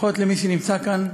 וברכות למי שנמצאות כאן,